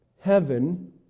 Heaven